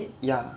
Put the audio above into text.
ya